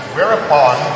Whereupon